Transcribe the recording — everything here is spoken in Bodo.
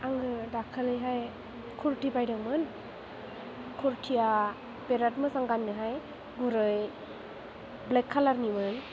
आङो दाखालिहाय कुर्ति बायदोंमोन कुर्तिया बिराद मोजां गाननोहाय गुरै ब्लेक कालारनिमोन